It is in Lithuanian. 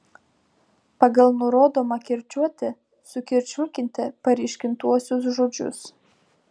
pagal nurodomą kirčiuotę sukirčiuokite paryškintuosius žodžius